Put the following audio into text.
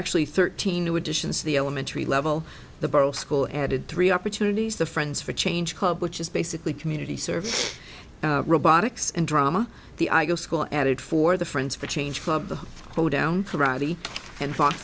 actually thirteen new additions to the elementary level the borough school added three opportunities to friends for change which is basically community service robotics and drama the i go school added for the friends for change club the hoedown karate and fo